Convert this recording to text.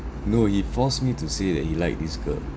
no he force me to say that he like this girl